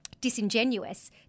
disingenuous